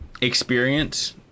experience